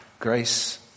Grace